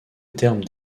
terme